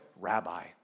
rabbi